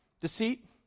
deceit